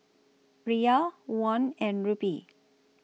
Riyal Won and Rupee